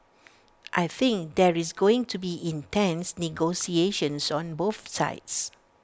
I think there is going to be intense negotiations on both sides